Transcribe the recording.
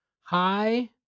Hi